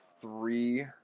three